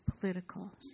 political